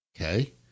Okay